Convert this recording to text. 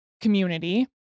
community